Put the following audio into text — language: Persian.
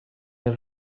این